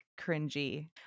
cringy